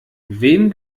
wem